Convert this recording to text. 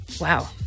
Wow